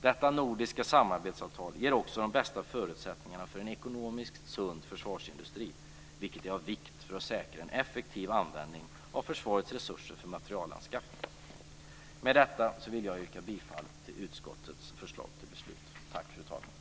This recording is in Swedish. Detta nordiska samarbetsavtal ger också de bästa förutsättningarna för en ekonomiskt sund försvarsindustri, vilket är av vikt för att säkra en effektiv användning av försvarets resurser för materielanskaffning. Med detta vill jag yrka bifall till utskottets förslag till beslut.